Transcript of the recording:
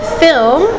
film